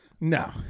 No